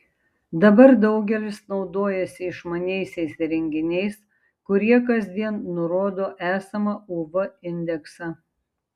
dabar daugelis naudojasi išmaniaisiais įrenginiais kurie kasdien nurodo esamą uv indeksą